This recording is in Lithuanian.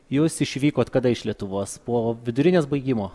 jūs išvykot kada iš lietuvos po vidurinės baigimo